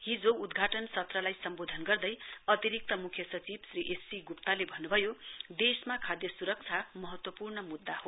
हिजो उद्घाटन सत्रलाई सम्बोधन गर्दै अतिरिक्त मुख्य सचिव श्री एस सी गुप्ताले भन्नुभयो देशमा खाद्य सुरक्षा महत्वपूर्ण मुद्दा हो